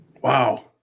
Wow